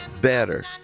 better